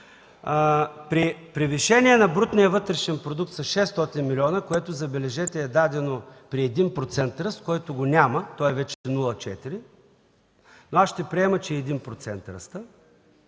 при превишаване на брутния вътрешен продукт с 600 милиона, което, забележете, е дадено при ръст 1%, който го няма, той вече е 0,4, но аз ще приема, че ръстът